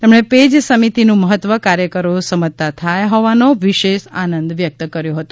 તેમણે પેજ સમિતિનું મહત્વ કાર્યકરો સમજતા થયા હોવા વિષે આનંદ વ્યક્ત કર્યો હતો